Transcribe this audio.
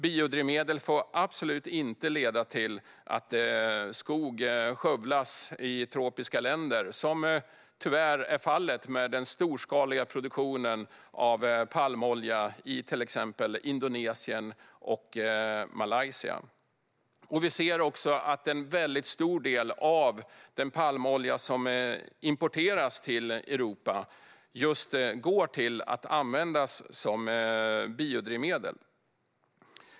Biodrivmedel får absolut inte leda till att skog skövlas i tropiska länder, vilket tyvärr är fallet med den storskaliga produktionen av palmolja i till exempel Indonesien och Malaysia. Vi ser också att en väldigt stor del av den palmolja som importeras till Europa just går till att användas som biodrivmedel.